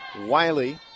Wiley